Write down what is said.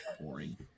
boring